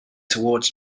towards